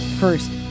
First